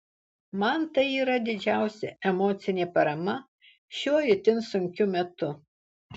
man tai yra didžiausia emocinė parama šiuo itin sunkiu metu